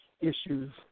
issues